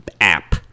app